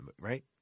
right